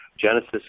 Genesis